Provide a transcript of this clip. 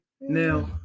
now